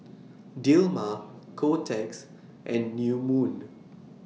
Dilmah Kotex and New Moon